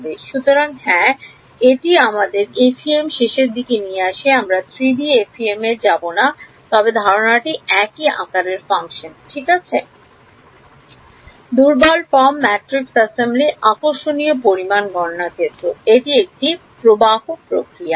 সুতরাং হ্যাঁ এটি আমাদের এফইএমের শেষের দিকে নিয়ে আসে আমরা 3 ডি এফইএমে যাব না তবে ধারণাটি একই আকারের ফাংশন ঠিক আছে দুর্বল ফর্ম ম্যাট্রিক্স অ্যাসেম্বলি আকর্ষণীয় পরিমাণ গণনা করা এটি একটি প্রক্রিয়া প্রবাহ